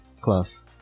class